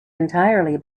entirely